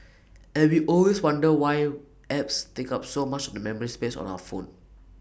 and we always wonder why apps take up so much the memory space on our phone